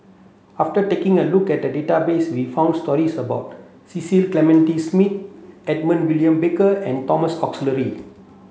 after taking a look at the database we found stories about Cecil Clementi Smith Edmund William Barker and Thomas Oxley